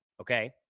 Okay